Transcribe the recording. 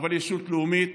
אבל ישות לאומית